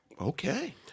Okay